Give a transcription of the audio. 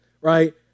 right